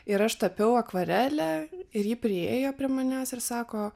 ir aš tapiau akvarele ir ji priėjo prie manęs ir sako